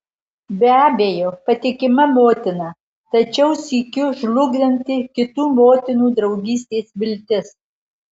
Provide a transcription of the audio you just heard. be abejo patikima motina tačiau sykiu žlugdanti kitų motinų draugystės viltis